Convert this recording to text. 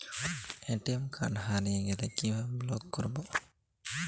ATM card হারিয়ে গেলে কিভাবে ব্লক করবো?